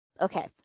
Okay